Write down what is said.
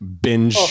binge